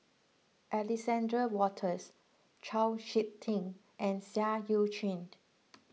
Alexander Wolters Chau Sik Ting and Seah Eu Chin